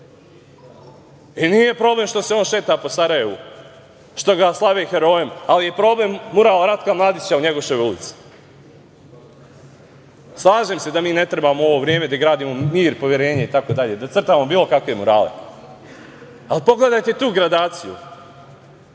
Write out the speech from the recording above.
Nije problem što se on šeta po Sarajevu, što ga slave herojem, ali je problem mural Ratka Mladića u Njegoševoj ulici. Slažem se da mi ne trebamo u ovo vreme da gradimo mir, poverenje, itd, da crtamo bilo kakve murale, ali pogledajte tu gradaciju,